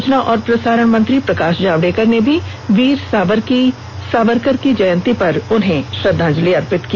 सूचना और प्रसारण मंत्री प्रकाश जावडेकर ने भी वीर सावरकर की जयंती पर श्रद्धांजलि दी